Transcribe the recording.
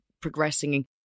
progressing